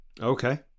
Okay